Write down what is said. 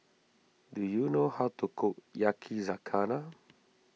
do you know how to cook Yakizakana